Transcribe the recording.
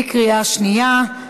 בקריאה שנייה.